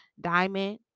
Diamond